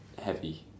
heavy